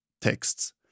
texts